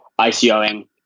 ICOing